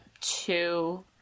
two